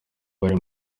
bari